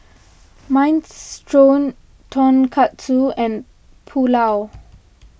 Minestrone Tonkatsu and Pulao